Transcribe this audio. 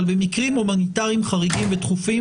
אבל במקרים הומניטריים חריגים ודחופים,